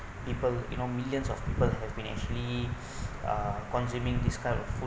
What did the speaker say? people you know millions of people have been actually uh consuming this kind of food